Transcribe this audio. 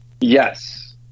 Yes